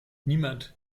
niemand